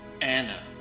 Anna